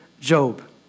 Job